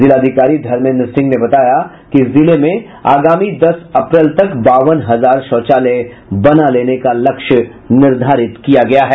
जिलाधिकारी धर्मेद्र सिंह ने बताया कि जिले में आगामी दस अप्रैल तक बावन हजार शौचालय बना लेने का लक्ष्य निर्धारित है